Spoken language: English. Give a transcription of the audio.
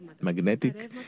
magnetic